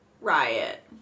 Riot